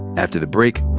after the break,